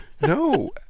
No